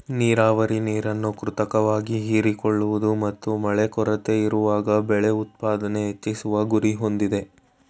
ನೀರಾವರಿ ನೀರನ್ನು ಕೃತಕವಾಗಿ ಹೀರಿಕೊಳ್ಳುವುದು ಮತ್ತು ಮಳೆ ಕೊರತೆಯಿರುವಾಗ ಬೆಳೆ ಉತ್ಪಾದನೆ ಹೆಚ್ಚಿಸುವ ಗುರಿ ಹೊಂದಿದೆ